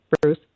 Bruce